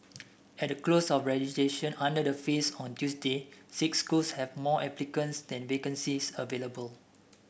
at the close of registration under the phase on Tuesday six schools have more applicants than vacancies available